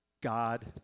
God